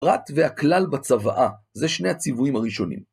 פרט והכלל בצוואה, זה שני הציוויים הראשונים.